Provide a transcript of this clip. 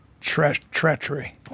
treachery